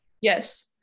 Yes